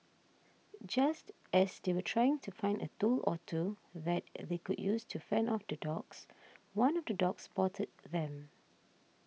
just as they were trying to find a tool or two that they could use to fend off the dogs one of the dogs spotted them